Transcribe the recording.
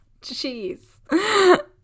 Jeez